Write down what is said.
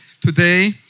today